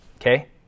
Okay